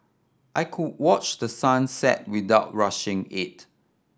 I could watch the sun set without rushing it